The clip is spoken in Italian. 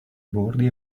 bordi